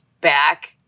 back